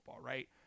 Right